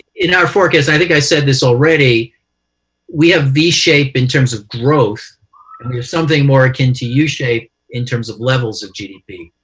in our forecast and i think i said this already we have v-shape in terms of growth and we have something more akin to yeah u-shape in terms of levels of gdp.